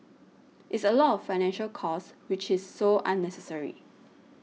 it's a lot of financial cost which is so unnecessary